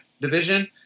division